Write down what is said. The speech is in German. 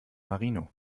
marino